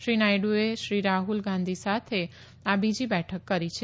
શ્રી નાયડ઼એ શ્રી રાહ઼લ ગાંધી સાતે આ બીજી બેઠક કરી છે